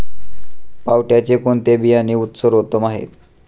पावट्याचे कोणते बियाणे सर्वोत्तम आहे?